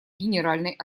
генеральной